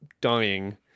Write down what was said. dying